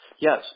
Yes